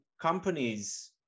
companies